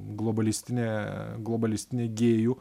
globalistinė globalistinė gėjų